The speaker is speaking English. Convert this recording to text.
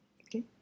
Okay